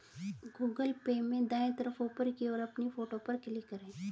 Google Pay में दाएं तरफ ऊपर की ओर अपनी फोटो पर क्लिक करें